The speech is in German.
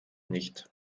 nicht